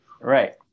Right